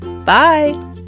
Bye